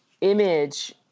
image